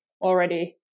already